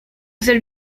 ser